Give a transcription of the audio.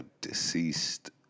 deceased